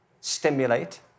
stimulate